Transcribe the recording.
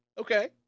Okay